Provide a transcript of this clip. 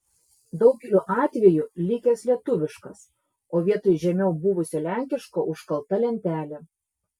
daugeliu atveju likęs lietuviškas o vietoj žemiau buvusio lenkiško užkalta lentelė